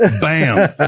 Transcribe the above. Bam